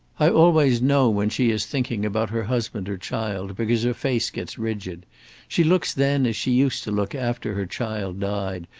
i always know when she is thinking about her husband or child, because her face gets rigid she looks then as she used to look after her child died,